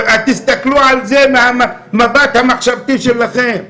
תסתכלו על זה מהמבט המחשבתי שלכם.